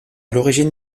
l’origine